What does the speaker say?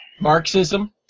Marxism